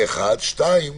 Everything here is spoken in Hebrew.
דבר נוסף,